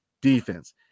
Defense